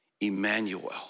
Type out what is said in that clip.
Emmanuel